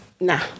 Nah